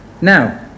Now